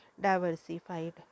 diversified